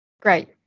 Great